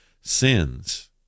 sins